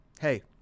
Hey